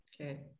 Okay